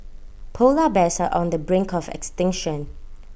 Polar Bears are on the brink of extinction